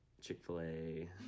chick-fil-a